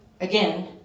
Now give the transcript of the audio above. again